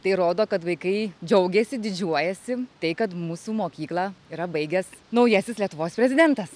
tai rodo kad vaikai džiaugiasi didžiuojasi tai kad mūsų mokyklą yra baigęs naujasis lietuvos prezidentas